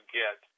get